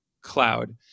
cloud